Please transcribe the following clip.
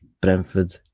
Brentford